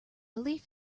leaf